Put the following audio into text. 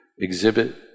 exhibit